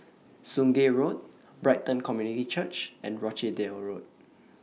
Sungei Road Brighton Community Church and Rochdale Road